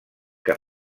que